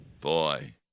Boy